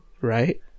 right